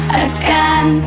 again